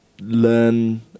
learn